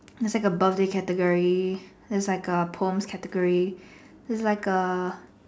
there is like a birthday category there is like a poems category there's like a